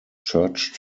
church